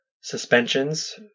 suspensions